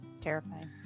terrifying